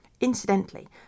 Incidentally